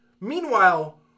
Meanwhile